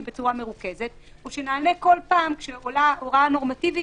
בצורה מרוכזת או שנענה כל פעם כשעולה הוראה נורמטיבית